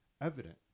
evident